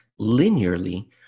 linearly